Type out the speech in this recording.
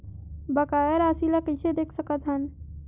बकाया राशि ला कइसे देख सकत हान?